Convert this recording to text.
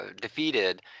defeated